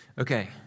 Okay